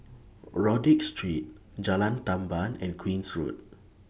Rodyk Street Jalan Tamban and Queen's Road